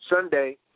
Sunday